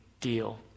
deal